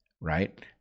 right